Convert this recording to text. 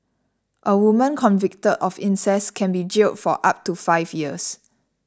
a woman convicted of incest can be jailed for up to five years